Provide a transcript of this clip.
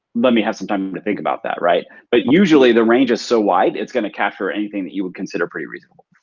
let me have some time to think about that. right? but usually the range is so wide it's gonna capture anything that you would consider pretty reasonable.